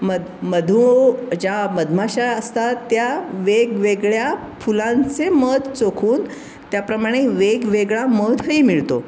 मध मधु ज्या मधमाशा असतात त्या वेगवेगळ्या फुलांचे मध चोखून त्याप्रमाणे वेगवेगळा मधही मिळतो